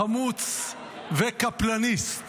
חמוץ וקפלניסט,